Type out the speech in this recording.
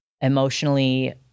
emotionally